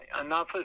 Enough